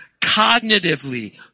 cognitively